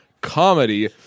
comedy